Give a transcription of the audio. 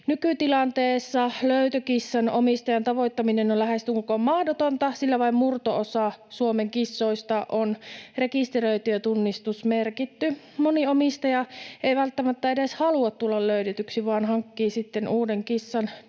Nykytilanteessa löytökissan omistajan tavoittaminen on lähestulkoon mahdotonta, sillä vain murto osa Suomen kissoista on rekisteröity ja tunnistusmerkitty. Moni omistaja ei välttämättä edes halua kissansa tulevan löydetyksi vaan hankkii sitten uuden kissan nykyisen